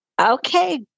Okay